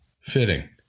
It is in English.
fitting